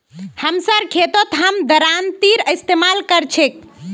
हमसार खेतत हम दरांतीर इस्तेमाल कर छेक